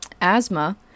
asthma